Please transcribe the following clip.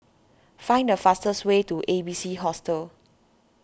find the fastest way to A B C Hostel